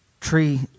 Tree